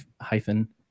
hyphen